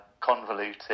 convoluted